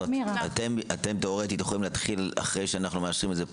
אתם יכולים להתחיל לנסח תקנות אחרי שאנחנו מאשרים את זה פה?